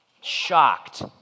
shocked